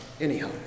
anyhow